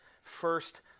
first